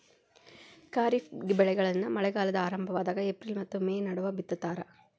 ಖಾರಿಫ್ ಬೆಳೆಗಳನ್ನ ಮಳೆಗಾಲದ ಆರಂಭದಾಗ ಏಪ್ರಿಲ್ ಮತ್ತ ಮೇ ನಡುವ ಬಿತ್ತತಾರ